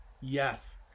Yes